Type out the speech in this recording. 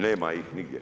Nema ih nigdje.